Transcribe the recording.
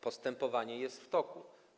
Postępowanie jest w toku.